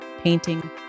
painting